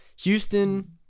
Houston